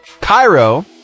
Cairo